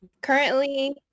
currently